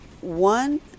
one